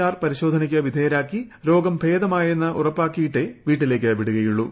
R പരിശോധനയ്ക്ക് വിധേയരാക്കി രോഗം ഭേദമായെന്ന് ഉറപ്പാക്കിയിട്ടേ വീട്ടിലേയ്ക്ക് വിടുകയുള്ളു